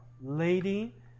lady